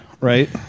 right